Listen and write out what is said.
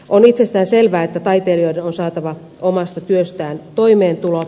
on itsestään selvää että taiteilijoiden on saatava omasta työstään toimeentulo